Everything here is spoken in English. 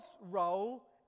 role